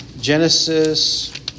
Genesis